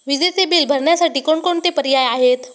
विजेचे बिल भरण्यासाठी कोणकोणते पर्याय आहेत?